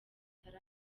batari